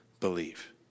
believe